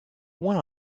what